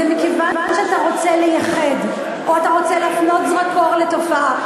מכיוון שאתה רוצה לייחד או להפנות זרקור לתופעה.